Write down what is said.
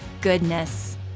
goodness